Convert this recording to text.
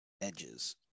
edges